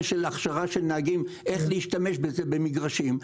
של הכשרה של נהגים איך להשתמש בזה במגרשים,